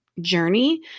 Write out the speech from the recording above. journey